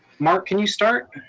mark, can you start?